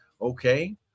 Okay